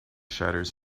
shutters